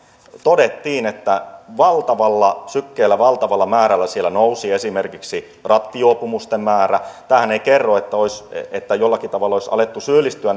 todettiin että valtavalla sykkeellä valtavalla määrällä siellä nousi esimerkiksi rattijuopumusten määrä tämähän ei kerro että jollakin tavalla olisi alettu syyllistyä